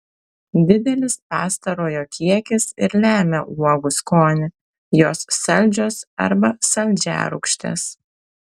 didelis pastarojo kiekis ir lemia uogų skonį jos saldžios arba saldžiarūgštės